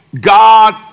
God